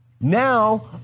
Now